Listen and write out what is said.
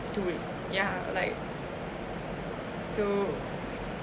too weak yeah like so